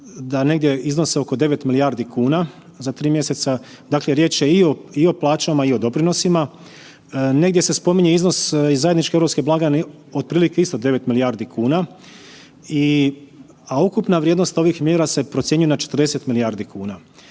da negdje iznose oko 9 milijardi kuna za 3 mjeseca, dakle riječ je i o plaćama i o doprinosima, negdje se spominje iznos iz zajedničke europske blagajne otprilike isto 9 milijardi kuna i, a ukupna vrijednost ovih mjera se procjenjuje na 40 milijardi kuna.